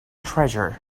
treasure